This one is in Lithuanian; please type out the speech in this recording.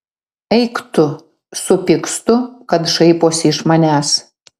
eik tu supykstu kad šaiposi iš manęs